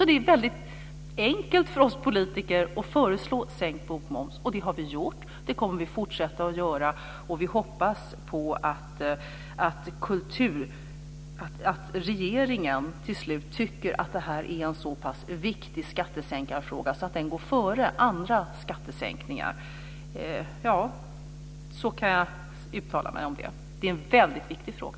Det är väldigt enkelt för oss politiker att föreslå sänkt bokmoms. Det har vi också gjort, och det kommer vi att fortsätta att göra. Vi hoppas att regeringen till slut ska tycka att det här är en så pass viktig skattesänkningsfråga att den går före andra skattesänkningar. Det är en väldigt viktig fråga.